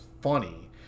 funny